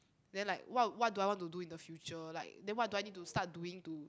then like what what do I want to do in the future like then what do I need to start doing to